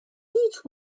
beech